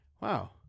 wow